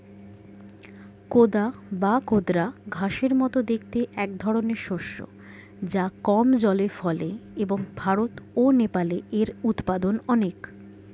কোদা বা কোদরা ঘাসের মতো দেখতে একধরনের শস্য যা কম জলে ফলে এবং ভারত ও নেপালে এর উৎপাদন অনেক